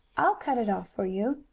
i'll cut it off for you,